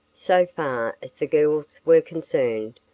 so far as the girls were concerned,